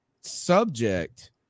subject